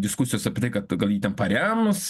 diskusijos apie tai kad gal jį ten parems